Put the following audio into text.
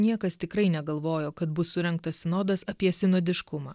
niekas tikrai negalvojo kad bus surengtas sinodas apie sinodiškumą